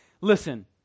listen